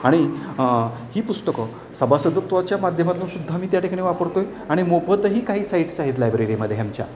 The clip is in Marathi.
आणि ही पुस्तकं सभासदत्वाच्या माध्यमातूनसुद्धा मी त्या ठिकाणी वापरतोय आणि मोफतही काही साईट्स आहेत लायब्ररीमध्ये आमच्या